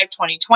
2020